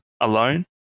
alone